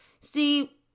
See